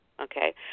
Okay